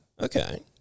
Okay